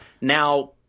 Now